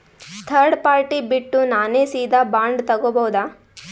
Third party ಬಿಟ್ಟು ನಾನೇ ಸೀದಾ ಬಾಂಡ್ ತೋಗೊಭೌದಾ?